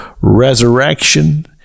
resurrection